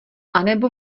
anebo